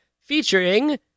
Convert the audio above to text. featuring